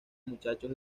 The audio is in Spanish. muchachos